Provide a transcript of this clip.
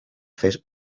fes